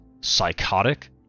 psychotic